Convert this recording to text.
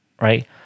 Right